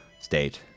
state